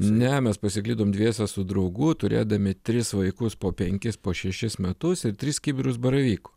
ne mes pasiklydom dviese su draugu turėdami tris vaikus po penkis po šešis metus ir tris kibirus baravykų